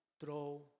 throw